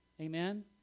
Amen